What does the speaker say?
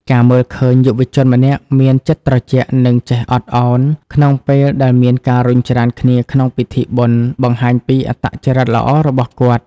ការមើលឃើញយុវជនម្នាក់មាន "ចិត្តត្រជាក់" និង "ចេះអត់ឱន" ក្នុងពេលដែលមានការរុញច្រានគ្នាក្នុងពិធីបុណ្យ បង្ហាញពីអត្តចរិតល្អរបស់គាត់។